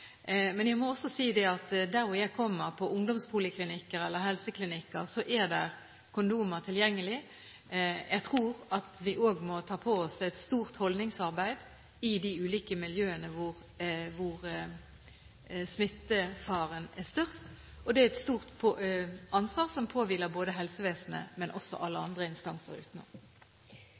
Men jeg må også si at der jeg kommer – på ungdomspoliklinikker eller helseklinikker – er det kondomer tilgjengelig. Jeg tror at vi også må ta på oss et stort holdningsarbeid i de ulike miljøene hvor smittefaren er størst. Det er et stort ansvar som påhviler helsevesenet, men også andre instanser